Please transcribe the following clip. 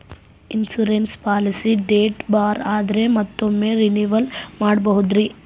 Insurance policy date ಬಾರ್ ಆದರೆ ಮತ್ತೊಮ್ಮೆ ರಿನಿವಲ್ ಮಾಡಬಹುದ್ರಿ?